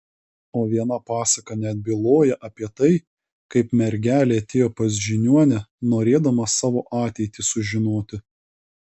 o viena pasaka net byloja apie tai kaip mergelė atėjo pas žiniuonę norėdama savo ateitį sužinoti